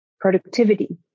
productivity